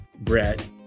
brett